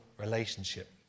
relationship